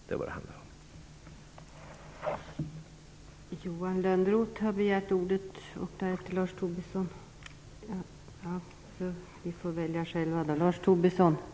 Det är vad det handlar om.